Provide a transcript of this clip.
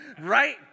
right